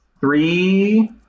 Three